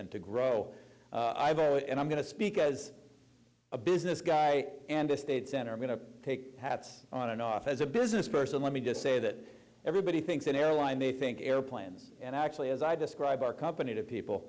and to grow and i'm going to speak as a business guy and a state senator going to take hats on and off as a business person let me just say that everybody thinks an airline they think airplanes and actually as i describe our company to people